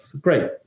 Great